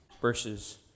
verses